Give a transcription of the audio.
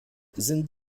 sind